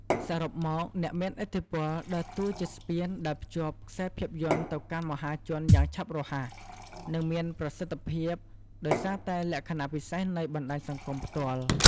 សរុបមកអ្នកមានឥទ្ធិពលដើរតួជាស្ពានដែលភ្ជាប់ខ្សែភាពយន្តទៅកាន់មហាជនយ៉ាងឆាប់រហ័ស និងមានប្រសិទ្ធភាព ដោយសារតែលក្ខណៈពិសេសនៃបណ្ដាញសង្គមផ្ទាល់។